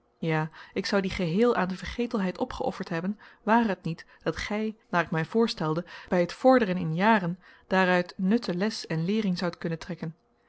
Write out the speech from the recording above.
ja ik zou die geheel aan de vergetelheid opgeofferd hebben ware het niet dat gij naar ik mij voorstelde bij het vorderen in jaren daaruit nutte les en leering zoudt kunnen trekken